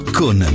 con